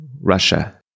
Russia